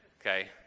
Okay